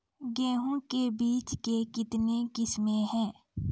गेहूँ के बीज के कितने किसमें है?